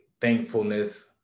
thankfulness